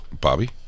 Bobby